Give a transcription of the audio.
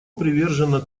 привержено